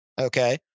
okay